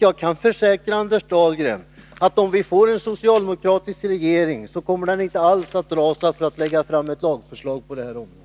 Jag kan försäkra Anders Dahlgren, att om vi får en socialdemokratisk regering, så kommer den inte alls att dra sig för att lägga fram ett lagförslag på det här området.